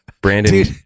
brandon